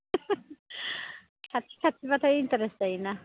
खाथि खाथिबाथाय इन्टारेस्ट जायोना